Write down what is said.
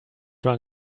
run